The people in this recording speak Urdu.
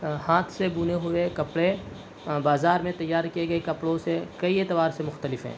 ہاتھ سے بنے ہوئے کپڑے بازار میں تیار کیے گئے کپڑوں سے کئی اعتبار سے مختلف ہیں